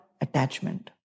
attachment